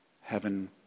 heaven